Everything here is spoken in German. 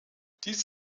dies